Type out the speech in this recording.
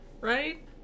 right